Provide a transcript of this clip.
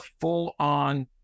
full-on